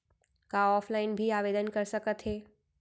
का ऑफलाइन भी आवदेन कर सकत हे?